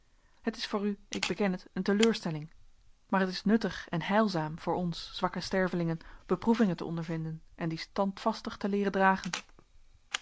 het is voor u ik beken het een teleurstelling maar het is nuttig en heilzaam voor ons zwakke stervelingen beproevingen te ondervinden en die standvastig te leeren dragen